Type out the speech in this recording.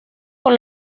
con